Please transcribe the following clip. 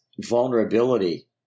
vulnerability